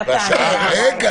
מסדר את העניבה.